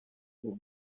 aux